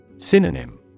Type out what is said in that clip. Synonym